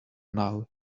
now